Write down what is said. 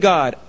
God